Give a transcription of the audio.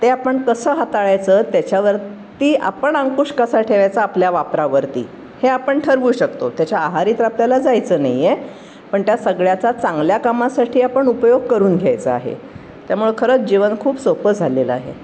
ते आपण कसं हाताळायचं त्याच्यावरती आपण अंकुश कसा ठेवायचा आपल्या वापरावरती हे आपण ठरवू शकतो त्याच्या आहारी तर आपल्याला जायचं नाही आहे पण त्या सगळ्याचा चांगल्या कामासाठी आपण उपयोग करून घ्यायचा आहे त्यामुळं खरंच जीवन खूप सोपं झालेलं आहे